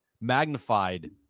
magnified